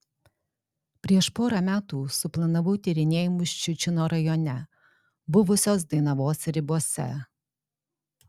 prieš porą metų suplanavau tyrinėjimus ščiučino rajone buvusios dainavos ribose